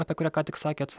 apie kurią ką tik sakėt